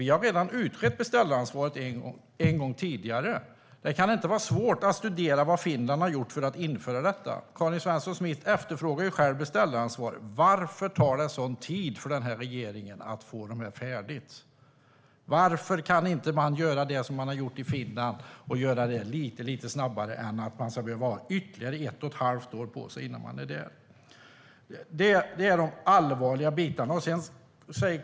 Vi har redan utrett beställaransvaret en gång tidigare. Det kan inte vara så svårt att studera vad Finland har gjort för att införa detta. Karin Svensson Smith efterfrågar själv beställaransvaret. Varför tar det så lång tid för regeringen att få det här färdigt? Varför kan man inte göra det som man har gjort i Finland och göra detta lite snabbare än att man ska behöva ha ytterligare ett och ett halvt år på sig innan man är där? Det är de allvarliga bitarna.